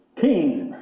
King